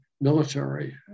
military